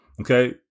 okay